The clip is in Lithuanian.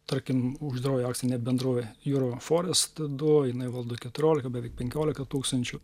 tarkim uždaroji akcinė bendrovė juro forest jinai valdo keturiolika beveik penkiolika tūkstančių